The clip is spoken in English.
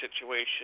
situation